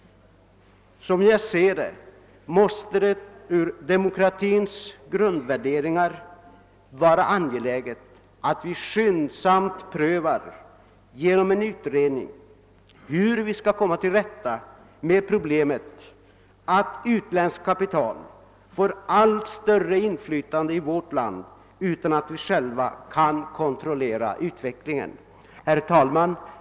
Som jag ser det måste det enligt demokratins grundvärdering vara angeläget att vi genom en utredning skyndsamt prövar hur vi skall komma till rätta med problemet att utländskt kapital får allt större inflytande i vårt land utan att vi själva kan kontrollera utvecklingen. Herr talman!